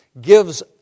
gives